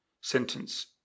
Sentence